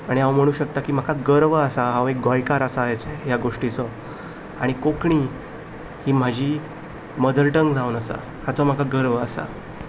आनी हांव म्हणूं शकता की म्हाका गर्व आसा की हांव एक गोंयकार आसा हाजो आनी कोंकणी ही म्हजी मदर टंग जावन आसा हाचो म्हाका गर्व आसा